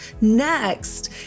Next